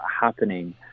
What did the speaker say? happening